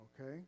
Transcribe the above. Okay